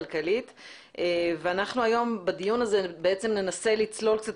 כלכלית והיום בדיון הזה ננסה לצלול קצת